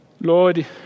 Lord